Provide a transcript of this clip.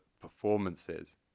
performances